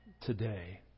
today